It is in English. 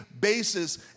basis